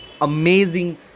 amazing